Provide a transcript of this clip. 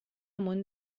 amb